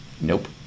nope